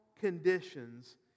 conditions